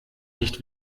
nicht